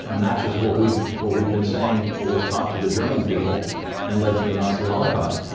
and matches what we've what we've been saying was taught to the german people and led to the nazi holocaust.